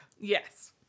Yes